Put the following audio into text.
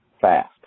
fast